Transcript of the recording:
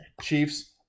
Chiefs